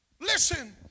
Listen